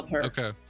okay